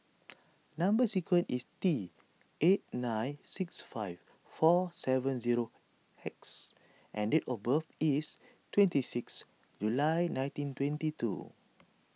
Number Sequence is T eight nine six five four seven zero X and date of birth is twenty six July nineteen twenty two